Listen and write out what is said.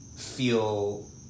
feel